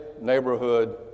neighborhood